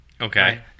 Okay